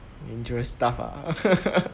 dangerous stuff ah